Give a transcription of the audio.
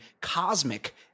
cosmic